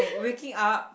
waking up